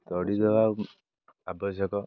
ତଡ଼ି ଦେବା ଆବଶ୍ୟକ